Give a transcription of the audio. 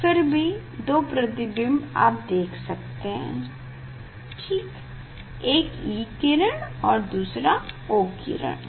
फिर भी 2 प्रतिबिंब आप देख सकते हैं ठीक एक E किरण और दूसरा O किरण है